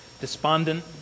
despondent